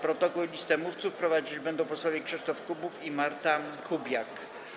Protokół i listę mówców prowadzić będą posłowie Krzysztof Kubów i Marta Kubiak.